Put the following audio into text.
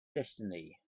destiny